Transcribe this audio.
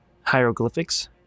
hieroglyphics